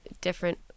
different